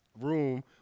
room